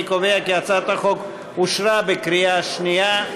אני קובע כי הצעת החוק התקבלה בקריאה שנייה.